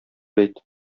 әйт